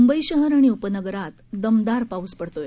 मुंबई शहर आणि उपनगरातही दमदार पाऊस पडत आहे